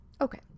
Okay